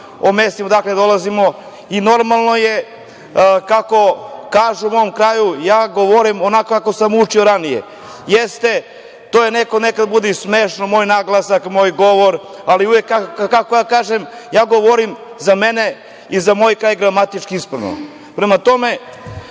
o mestima odakle dolazimo i normalno je, kako kažu u mom kraju… Ja govorim onako kako sam učio ranije. Jeste, nekad nekom bude i smešan moj naglasak, moj govor, ali, kako da kažem, ja govorim za mene i za moj kraj gramatički ispravno. Prema tome,